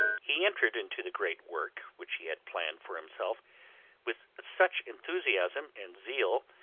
he entered into the great work which he had planned for himself with such enthusiasm and zeal,